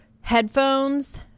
Headphones